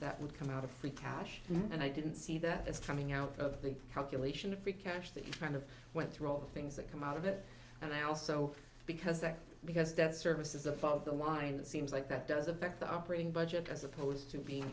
that would come out of free cash and i didn't see that as coming out of the calculation of free cash that kind of went through all the things that come out of it and i also because that because debt service is above the line it seems like that does affect the operating budget as opposed to being